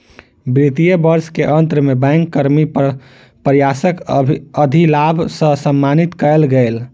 वित्तीय वर्ष के अंत में बैंक कर्मी के प्रयासक अधिलाभ सॅ सम्मानित कएल गेल